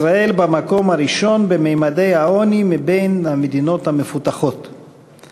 ישראל במקום הראשון בין המדינות המפותחות בממדי העוני.